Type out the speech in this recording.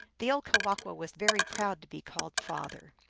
the old kewahqu was very proud to be called father.